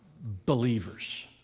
believers